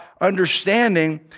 understanding